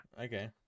Okay